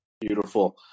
beautiful